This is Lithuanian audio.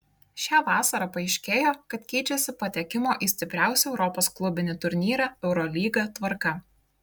šią vasarą paaiškėjo kad keičiasi patekimo į stipriausią europos klubinį turnyrą eurolygą tvarka